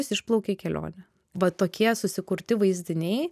jis išplaukė į kelionę va tokie susikurti vaizdiniai